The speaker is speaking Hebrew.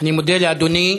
אני מודה לאדוני.